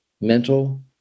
mental